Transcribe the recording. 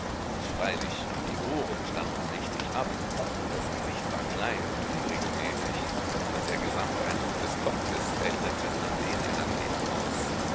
freilich die ohren standen mächtig ab das gesicht war klein und unregelmäßig und der gesamteindruck des kopfes erinnerte an den einer fledermaus